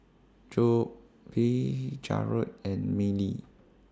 Jobe Jarrad and Miley